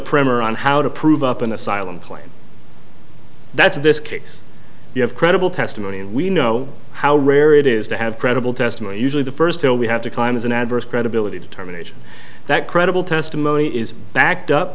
primer on how to prove up an asylum claim that's this kicks you have credible testimony and we know how rare it is to have credible testimony usually the first hill we have to climb is an adverse credibility determination that credible testimony is backed up